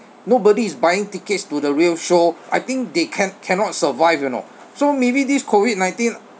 nobody is buying tickets to the real show I think they can~ cannot survive you know so maybe this COVID nineteen